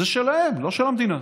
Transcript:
זה שלהן, לא של המדינה.